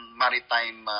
maritime